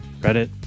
reddit